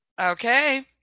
okay